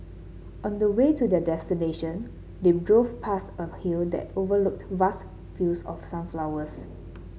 on the way to their destination they drove past a hill that overlooked vast fields of sunflowers